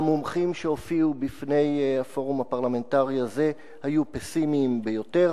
המומחים שהופיעו בפני הפורום הפרלמנטרי הזה היו פסימיים ביותר.